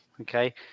okay